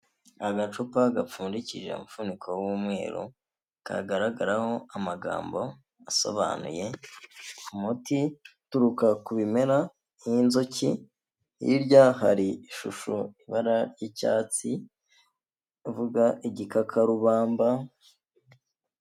Agacupa gapfundikishije umufuniko w'umweru kagaragaraho amagambo asobanuye umuti uturuka ku bimera nk'inzuki, hirya hari ishusho iri nmu ibara ry'icyatsi uvuga igikakarubamba